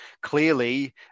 clearly